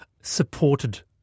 supported